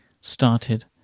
started